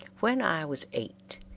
when i was eight,